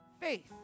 faith